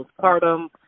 postpartum